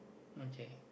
okay